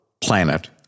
planet